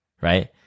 Right